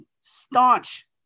staunch